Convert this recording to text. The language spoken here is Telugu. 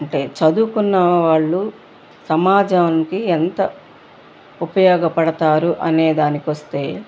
అంటే చదువుకున్న వాళ్ళు సమాజానికి ఎంత ఉపయోగపడతారు అనే దానికి వస్తే